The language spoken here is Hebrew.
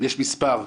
יש מספר,